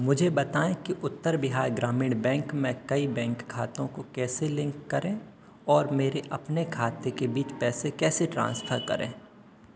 मुझे बताएँ कि उत्तर बिहार ग्रामीण बैंक में कई बैंक खातों को कैसे लिन्क करें और मेरे अपने खातों के बीच पैसे कैसे ट्रान्सफ़र करें